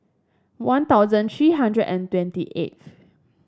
One Thousand three hundred and twenty eighth